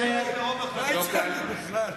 חבר הכנסת פלסנר, לא כאן.